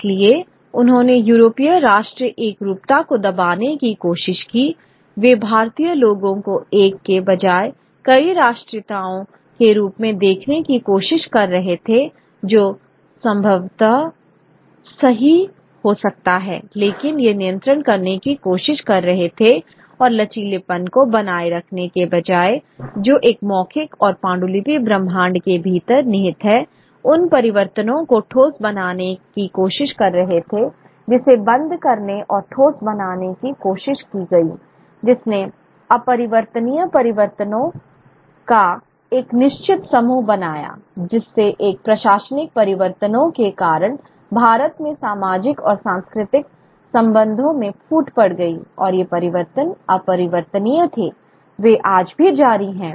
इसलिए उन्होंने यूरोपीय राष्ट्रीय एकरूपता को दबाने की कोशिश की वे भारतीय लोगों को एक के बजाय कई राष्ट्रीयताओं के रूप में देखने की कोशिश कर रहे थे जो संभवतः सही हो सकता है लेकिन वे नियंत्रण करने की कोशिश कर रहे थे और लचीलेपन को बनाए रखने के बजाय जो एक मौखिक और पांडुलिपि ब्रह्मांड के भीतर निहित हैउन परिवर्तनों को ठोस बनाने की कोशिश कर रहे थे जिसे बंद करने और ठोस बनाने की कोशिश की गई जिसने अपरिवर्तनीय परिवर्तनों का एक निश्चित समूह बनाया जिससे इन प्रशासनिक परिवर्तनों के कारण भारत में सामाजिक और सांस्कृतिक संबंधों में फूट पड़ गई और ये परिवर्तन अपरिवर्तनीय थे वे आज भी जारी हैं